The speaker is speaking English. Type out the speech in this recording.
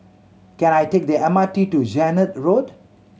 can I take the M R T to Zehnder Road